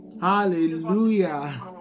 Hallelujah